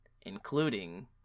including